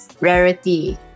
rarity